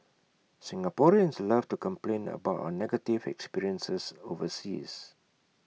Singaporeans love to complain about our negative experiences overseas